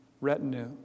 retinue